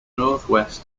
northwest